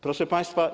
Proszę Państwa!